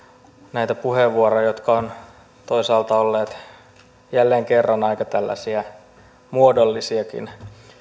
näitä puheenvuoroja jotka ovat toisaalta olleet jälleen kerran aika muodollisiakin